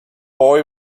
boy